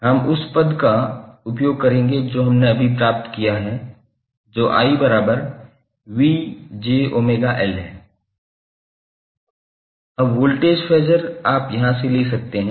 हम उस पद का उपयोग करेंगे जो हमने अभी प्राप्त किया है जो 𝑰𝑽𝑗𝜔𝐿 है अब वोल्टेज फेज़र आप यहाँ से ले सकते हैं